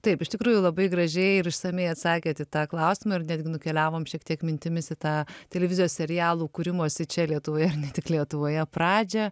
taip iš tikrųjų labai gražiai ir išsamiai atsakėt į tą klausimą ir netgi nukeliavom šiek tiek mintimis į tą televizijos serialų kūrimosi čia lietuvoje ir ne tik lietuvoje pradžią